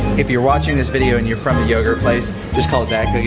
if you're watching this video and you're from the yogurt place, just call zach,